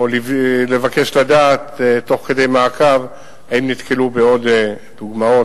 או לבקש לדעת תוך כדי מעקב אם נתקלו בעוד דוגמאות,